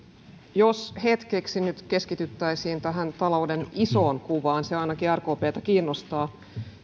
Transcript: jos hetkeksi nyt keskityttäisiin tähän talouden isoon kuvaan se ainakin rkptä kiinnostaa